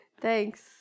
thanks